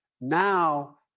Now